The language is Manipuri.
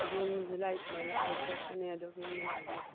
ꯖꯨꯟ ꯖꯨꯂꯥꯏ ꯁꯨꯃꯥꯏꯅ ꯄꯥꯡꯊꯣꯛꯄꯅꯦ ꯑꯗꯨ ꯀꯤꯍꯣꯝ ꯃꯦꯂꯥꯁꯦ